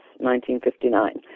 1959